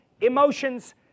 emotions